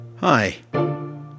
Hi